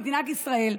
במדינת ישראל,